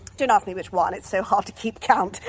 don't ask me which one, it's so hard to keep count.